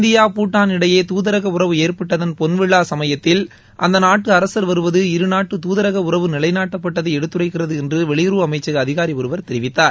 India Bhutan இடையே துதரக உறவு ஏற்பட்டதன் பொன் விழா சமயத்தில் அந்த நாட்டு அரசர் வருவது இருநாட்டு தூதரக உறவு நிலைநாட்டப்பட்டதை எடுத்துரைக்கிறது என்று வெளியுறவு அமைச்சக அதிகாரி ஒருவர் தெரிவித்தார்